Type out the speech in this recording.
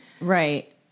Right